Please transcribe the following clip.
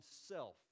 self